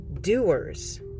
doers